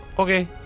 Okay